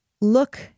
look